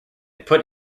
put